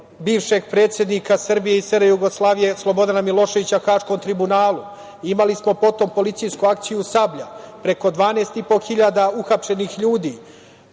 bivšeg predsednika Srbije i Savezne Republike Jugoslavije, Slobodana Miloševića, Haškom tribunalu. Imali smo, potom, policijsku akciju „Sablja“, preko 12.500 uhapšenih ljudi.